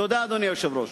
תודה, אדוני היושב-ראש.